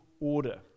order